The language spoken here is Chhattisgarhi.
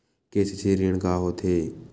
के.सी.सी ऋण का होथे?